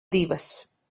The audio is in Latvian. divas